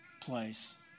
place